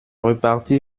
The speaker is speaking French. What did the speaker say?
reparti